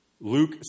Luke